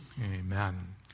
amen